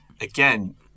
Again